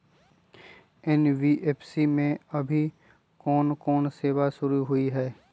NBFC में अभी कोन कोन सेवा शुरु हई?